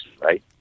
right